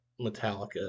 Metallica